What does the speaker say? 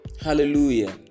Hallelujah